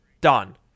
Done